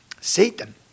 Satan